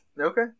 Okay